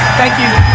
thank you.